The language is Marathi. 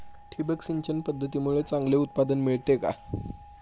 ठिबक सिंचन पद्धतीमुळे चांगले उत्पादन मिळते का?